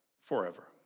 forever